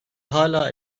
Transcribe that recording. hala